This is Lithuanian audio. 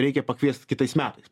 reikia pakviest kitais metais